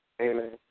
Amen